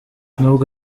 nubwo